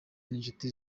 n’inshuti